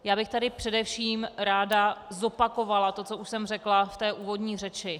Já bych tady především ráda zopakovala to, co už jsem řekla v úvodní řeči.